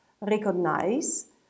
recognize